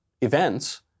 events